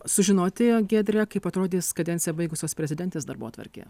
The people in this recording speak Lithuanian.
sužinoti giedre kaip atrodys kadenciją baigusios prezidentės darbotvarkė